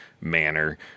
manner